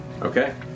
Okay